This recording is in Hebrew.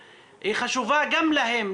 היא חשובה גם להם,